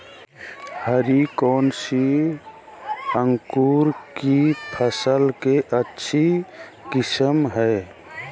हरी कौन सी अंकुर की फसल के अच्छी किस्म है?